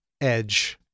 edge